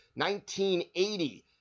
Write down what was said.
1980